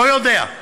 לא יודע.